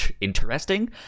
interesting